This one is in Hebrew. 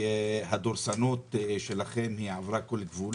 שהדורסנות שלכם עברה כל גבול.